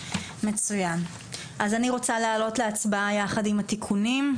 אני רוצה להעלות להצבעה יחד עם התיקונים.